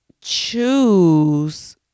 choose